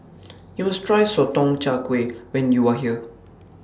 YOU must Try Sotong Char Kway when YOU Are here